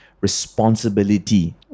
responsibility